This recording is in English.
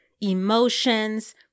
emotions